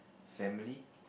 family